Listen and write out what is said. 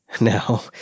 Now